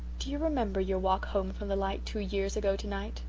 do you remember your walk home from the light two years ago tonight?